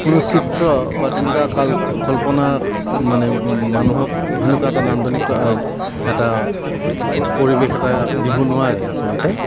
কোনো চিত্ৰ বা তেনেকুৱা কাল কল্পনা মানে মানুহক সেনেকুৱা এটা নান্দনিক এটা পৰিৱেশ এটা দিব নোৱাৰে আচলতে